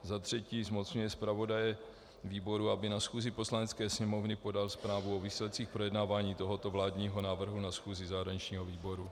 III. zmocňuje zpravodaje výboru, aby na schůzi Poslanecké sněmovny podal zprávu o výsledcích projednávání tohoto vládního návrhu na schůzi zahraničního výboru.